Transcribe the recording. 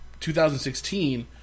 2016